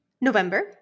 November